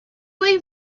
way